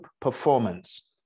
performance